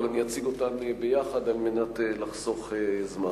אבל אני אציג אותן ביחד על מנת לחסוך זמן.